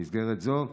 במסגרת זו,